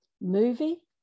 movie